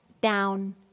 down